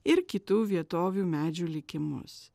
ir kitų vietovių medžių likimus